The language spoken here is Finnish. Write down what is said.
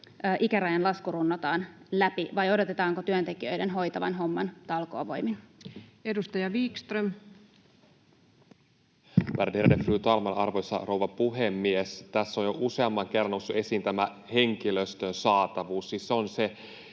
ikärajan lasku runnotaan läpi, vai odotetaanko työntekijöiden hoitavan homman talkoovoimin? Edustaja Wickström. Värderade fru talman, arvoisa rouva puhemies! Tässä on jo useamman kerran noussut esiin henkilöstön saatavuus.